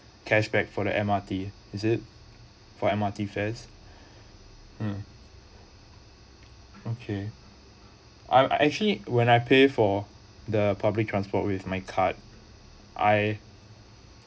cashback for the M_R_T is it for M_R_T fares mm okay I'm actually when I pay for the public transport with my card I